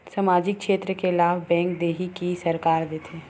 सामाजिक क्षेत्र के लाभ बैंक देही कि सरकार देथे?